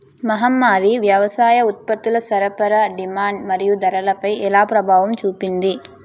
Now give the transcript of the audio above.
మహమ్మారి వ్యవసాయ ఉత్పత్తుల సరఫరా డిమాండ్ మరియు ధరలపై ఎలా ప్రభావం చూపింది?